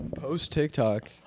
Post-TikTok